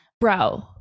Bro